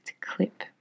clip